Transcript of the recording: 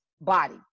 body